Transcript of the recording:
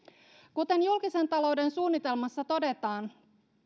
kuten julkisen talouden suunnitelmassa todetaan